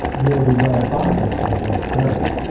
ye'll be well advised to avoid a third.